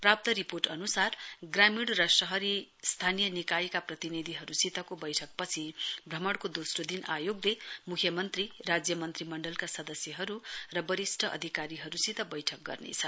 प्राप्त रिपोर्ट अन्सार ग्रामीण र शहरी स्थानीय निकायका प्रतिनिधिहरूसितको बैठकपछि भ्रमणको दोस्रो दिन आयोगले म्ख्यमन्त्री राज्य मन्त्री मण्डलका सदस्यहरू र वरिष्ट अधिकारीहरूसित बैठक गर्नेछ